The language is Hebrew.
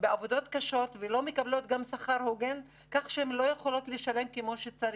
בעבודה קשה וללא שכר הוגן כך שהן לא יכולות לשלם כמו שצריך.